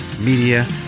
Media